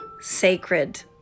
sacred